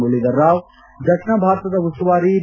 ಮುರುಳೀಧರ ರಾವ್ ದಕ್ಷಿಣ ಭಾರತದ ಉಸ್ತುವಾರಿ ಬಿ